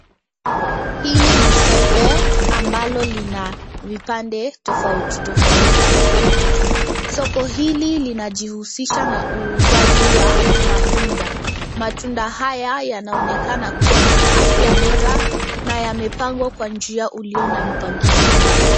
Hili ni soko ambalo lina vipande tofauti tofauti. Soko hili linajihusisha na uuzaji wa matunda. Matunda haya yanaonekana kuwa na afya bora na yamepangwa kwa njia ulio na mpangilio.